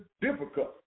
difficult